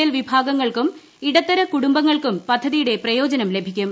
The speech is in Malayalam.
എൽ വിഭാങ്ങൾക്കും ഇടത്തര കുടുംബങ്ങൾക്കും പദ്ധതിയുടെ പ്രയോജനം ലഭിക്കും